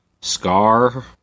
Scar